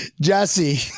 jesse